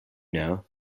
know